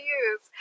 use